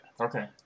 Okay